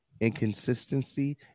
inconsistency